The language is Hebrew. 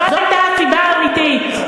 זו הייתה הסיבה האמיתית.